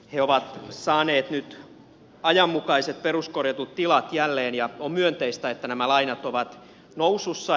he ovat saaneet nyt ajanmukaiset peruskorjatut tilat jälleen ja on myönteistä että lainat ovat nousussa